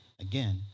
again